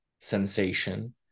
sensation